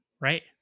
right